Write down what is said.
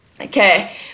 Okay